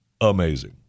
Amazing